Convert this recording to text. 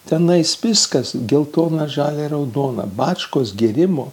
tenai spiskas geltoną žalią raudoną bačkos gėrimo